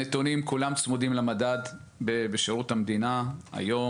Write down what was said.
הנתונים כולם צמודים למדד בשירות המדינה היום.